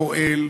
פועל,